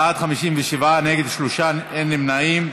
בעד, 57, נגד 3, אין נמנעים.